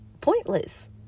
pointless